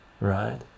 right